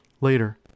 Later